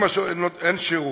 אם אין שירות.